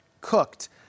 cooked